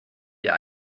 wir